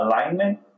alignment